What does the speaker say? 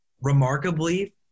remarkably